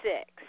six